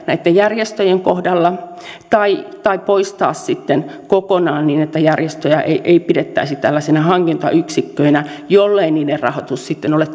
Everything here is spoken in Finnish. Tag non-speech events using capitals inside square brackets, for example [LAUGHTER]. näitten järjestöjen kohdalla tai tai poistaa sitten kokonaan niin että järjestöjä ei ei pidettäisi tällaisina hankintayksikköinä jollei niiden rahoitus sitten ole [UNINTELLIGIBLE]